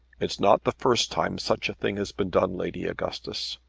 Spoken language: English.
it's not the first time such a thing has been done, lady augustus.